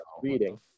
reading